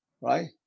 right